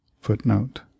Footnote